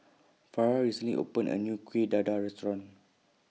Farrah recently opened A New Kueh Dadar Restaurant